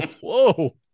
Whoa